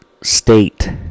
state